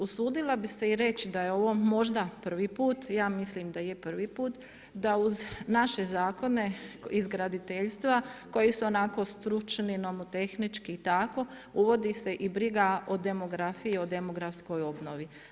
Usudila bih se i reći da je ovo možda prvi put i ja mislim da je prvi put da uz naše zakone iz graditeljstva koji su onako stručni, nomotehnički i tako uvodi se i briga o demografiji i demografskoj obnovi.